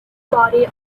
body